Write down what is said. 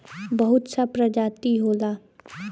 बहुत सा प्रजाति होला